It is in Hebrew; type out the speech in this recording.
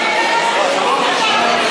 בשירות הקואליציה,